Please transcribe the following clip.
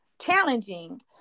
challenging